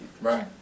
Right